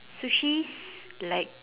sushis like